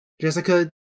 Jessica